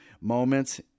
moments